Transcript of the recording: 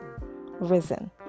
Risen